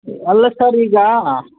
ಅಲ್ಲ ಸರ್ ಈಗ